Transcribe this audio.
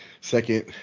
Second